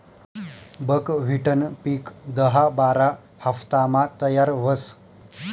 बकव्हिटनं पिक दहा बारा हाफतामा तयार व्हस